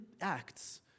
Acts